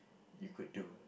you could do